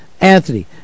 Anthony